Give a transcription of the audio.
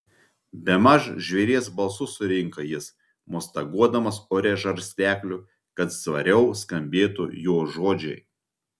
bemaž žvėries balsu surinka jis mostaguodamas ore žarstekliu kad svariau skambėtų jo žodžiai